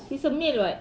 he's a male [what]